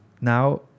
now